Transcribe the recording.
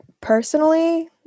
Personally